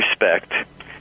respect